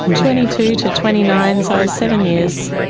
twenty two to twenty nine, so seven years.